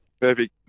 Perfect